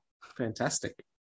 Fantastic